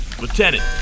Lieutenant